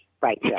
right